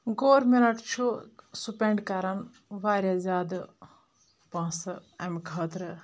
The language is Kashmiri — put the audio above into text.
گورمِنٛٹ چھُ سُپیٚنٛڈ کران واریاہ زیادٕ پونٛسہٕ امہِ خٲطرٕ